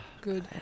good